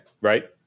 right